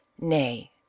Nay